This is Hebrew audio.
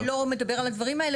אף אחד לא מדבר על הדברים האלה.